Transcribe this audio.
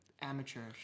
amateurish